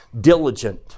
Diligent